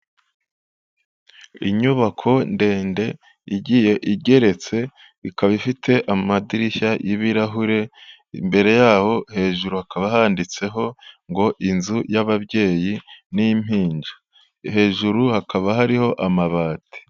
Inyubako ndende igiye igeretse ikaba ifite amadirishya y'ibirahure imbere yaho hejuru hakaba handitseho ngo inzu y'ababyeyi n'impinja, hejuru hakaba hariho amabati.